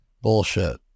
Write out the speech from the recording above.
Bullshit